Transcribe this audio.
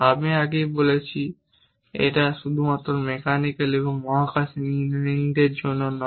আমি আগেই বলেছি এটা শুধু মেকানিক্যাল এবং মহাকাশ ইঞ্জিনিয়ারিং এর জন্য নয়